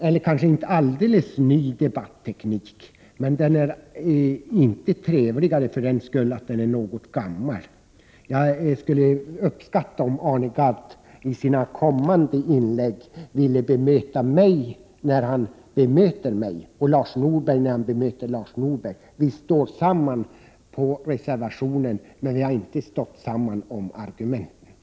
Det är kanske inte en alldeles ny debatteknik, men den är inte trevligare för att den är något gammal. Jag skulle uppskatta om Arne Gadd i sina kommande inlägg ville bemöta mig när han tar upp det som jag har sagt och Lars Norberg när han tar upp det som han har sagt. Vi har en gemensam reservation, men vi har inte argumenterat gemensamt.